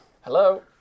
Hello